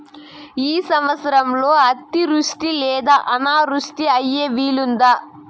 ఈ సంవత్సరంలో అతివృష్టి లేదా అనావృష్టి అయ్యే వీలుందా?